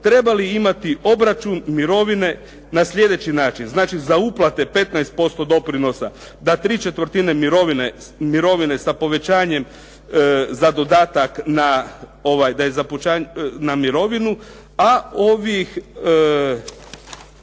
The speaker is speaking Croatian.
trebali imati obračun mirovine na slijedeći način. Znači, za uplate 15% doprinosa da tri četvrtine mirovine sa povećanjem za dodatak na mirovinu a ovih